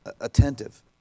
attentive